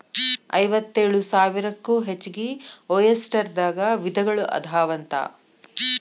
ಐವತ್ತೇಳು ಸಾವಿರಕ್ಕೂ ಹೆಚಗಿ ಒಯಸ್ಟರ್ ದಾಗ ವಿಧಗಳು ಅದಾವಂತ